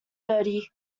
bertie